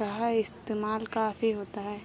का इस्तेमाल काफी होता है